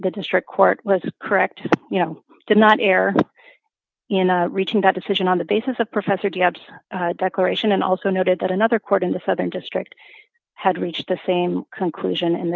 the district court was correct you know did not err in a region that decision on the basis of professor gabs declaration and also noted that another court in the southern district had reached the same conclusion